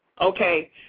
Okay